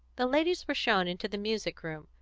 the ladies were shown into the music-room,